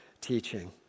teaching